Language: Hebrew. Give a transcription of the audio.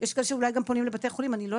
יש כאלה שאולי גם פונים לבתי חולים,